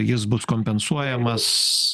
jis bus kompensuojamas